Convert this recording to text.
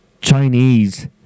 Chinese